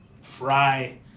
fry